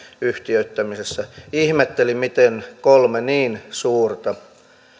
yhtiöittämisessä ihmettelin miten kolme niin suurta